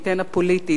הן ברמה הפוליטית,